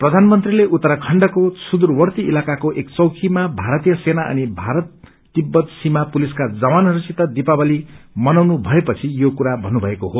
प्रधानमंत्रीले उत्तराखण्डको सूदूवर्ती इलाकाको एक चौकीमा भारतीय सेना अनि ीाारत तिब्वत सीमा पुलिसका जवानहरूसित दीपावली मनाउनु भएपछि यो कुरा भन्नुभएको हो